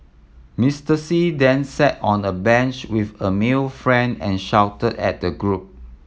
Mister See then sat on a bench with a male friend and shouted at the group